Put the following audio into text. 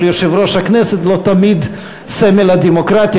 יושב-ראש הכנסת הן לא תמיד סמל הדמוקרטיה,